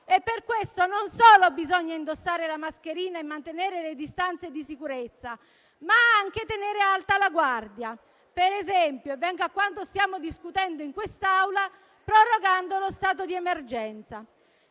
e per questo non solo bisogna indossare la mascherina e mantenere le distanze di sicurezza, ma anche tenere alta la guardia, per esempio - e vengo a quanto stiamo discutendo in quest'Assemblea - prorogando lo stato di emergenza.